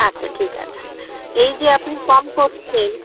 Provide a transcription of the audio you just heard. আচ্ছা ঠিক আছে এই যে আপনি কম করছেন